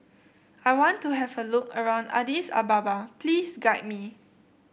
I want to have a look around Addis Ababa please guide me